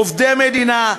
עובדי מדינה,